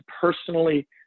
personally